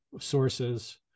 sources